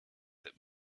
that